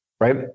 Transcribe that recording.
right